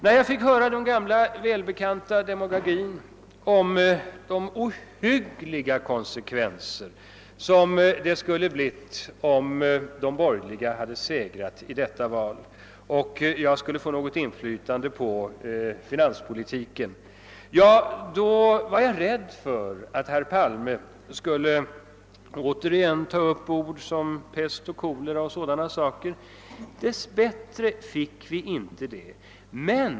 När jag hörde den gamla välbekanta demagogin om vilka ohyggliga konsekvenser det skulle ha fått om de borgerliga hade segrat i valet och jag hade fått något inflytande på finanspolitiken, var jag rädd för att herr Palme åter skulle använda sådana ord som pest och kolera. Dess bättre gjorde han inte det.